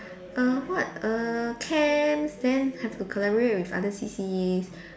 err what err camps then have to collaborate with other C_C_As